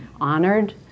honored